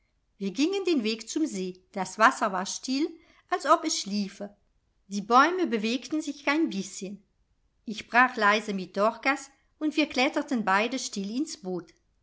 wir gingen den weg zum see das wasser war still als ob es schliefe die bäume bewegten sich kein bißchen ich sprach leise mit dorkas und wir kletterten beide still ins boot